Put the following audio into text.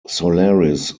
solaris